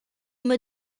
uma